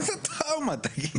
איזו טראומה, תגיד לי?